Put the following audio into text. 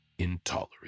Intolerant